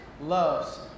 loves